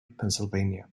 pennsylvania